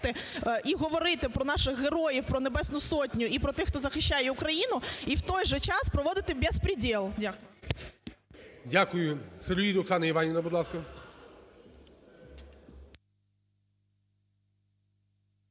і говорити про наших героїв, про Небесну Сотню і про тих, хто захищає Україну, і в той же час проводити бєспрєдєл. Дякую. ГОЛОВУЮЧИЙ. Дякую. Сироїд Оксана Іванівна, будь ласка.